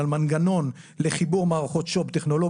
אני גם לא התפרצתי כשקיבלתי הודעות שזק"א ישראל ועזר מציון לא תחת